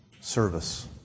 service